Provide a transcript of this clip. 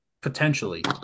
potentially